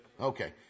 okay